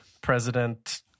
President